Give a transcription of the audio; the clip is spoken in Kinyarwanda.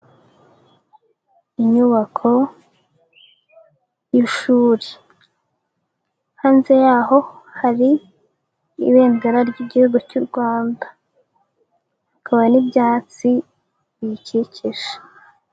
Inyubako y'ishuri hanze yaho hari ibendera ry'igihugu cy'u Rwanda hakaba n'ibyatsi birikikije.